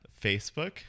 facebook